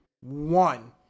one